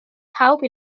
pawb